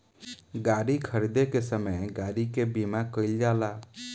गाड़ी खरीदे के समय गाड़ी के बीमा कईल जाला